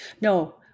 No